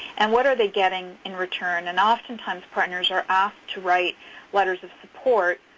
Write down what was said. and what are they getting in return? and oftentimes partners are asked to write letters of support